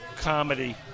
comedy